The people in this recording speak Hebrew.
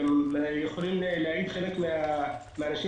גם יכולים להעיד חלק מהאנשים